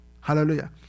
Hallelujah